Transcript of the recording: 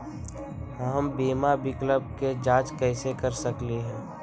हम बीमा विकल्प के जाँच कैसे कर सकली ह?